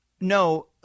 No